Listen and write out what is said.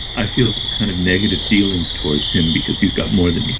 i feel kind of negative feelings towards him because he's got more than me.